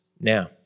Now